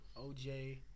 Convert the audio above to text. OJ